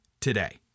today